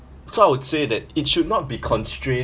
so I would say that it should not be constrained